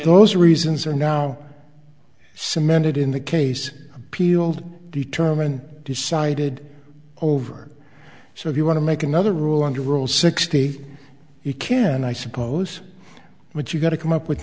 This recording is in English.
those reasons are now cemented in the case pealed determined decided over so if you want to make another rule under rule sixty you can i suppose but you've got to come up with